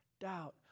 doubt